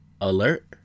Alert